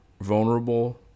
vulnerable